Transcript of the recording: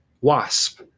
WASP